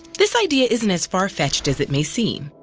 this idea isn't as far-fetched as it may seem.